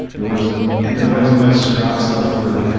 there wasn't, and there wasn't much scraps left for,